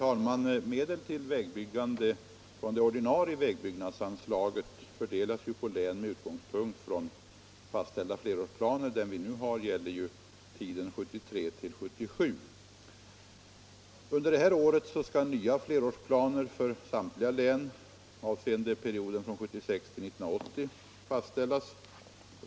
Under innevarande år skall nya flerårsplaner för samtliga län avseende perioden 1976-1980 fastställas.